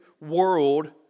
world